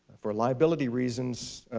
for liability reasons,